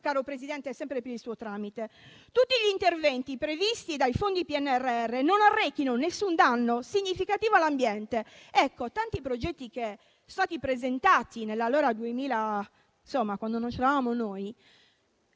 caro Presidente, sempre per il suo tramite: che tutti gli interventi previsti dai fondi PNRR non arrechino nessun danno significativo all'ambiente. Tanti progetti che sono stati presentati allora, quando non c'eravamo noi,